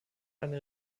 eine